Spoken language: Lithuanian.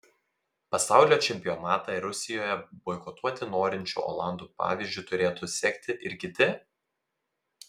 pasaulio čempionatą rusijoje boikotuoti norinčių olandų pavyzdžiu turėtų sekti ir kiti